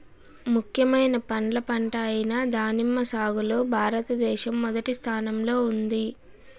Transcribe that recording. ముఖ్యమైన పండ్ల పంట అయిన దానిమ్మ సాగులో భారతదేశం మొదటి స్థానంలో ఉంది